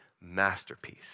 Masterpiece